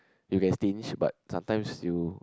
you can stingy but sometimes you